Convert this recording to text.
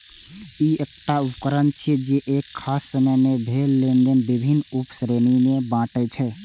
ई एकटा उकरण छियै, जे एक खास समय मे भेल लेनेदेन विभिन्न उप श्रेणी मे बांटै छै